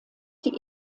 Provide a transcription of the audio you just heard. die